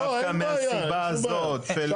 דווקא מהסיבה הזאת --- לא, אין בעיה.